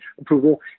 approval